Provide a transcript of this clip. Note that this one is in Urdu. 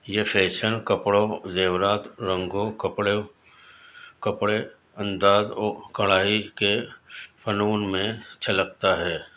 یہ فیشن کپڑوں زیورات رنگوں کپڑوں کپڑے انداز اور کڑھائی کے فنون میں جھلکتا ہے